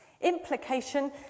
Implication